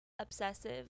obsessive